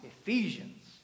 Ephesians